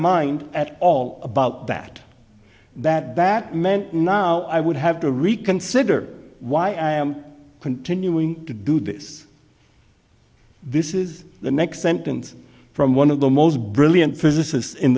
mind at all about that that bat meant now i would have to reconsider why i am continuing to do this this is the next sentence from one of the most brilliant physicists in